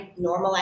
normalize